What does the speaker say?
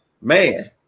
Man